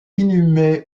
inhumée